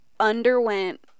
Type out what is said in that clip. underwent